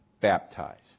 baptized